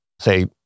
say